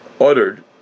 uttered